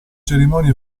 cerimonia